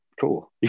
cool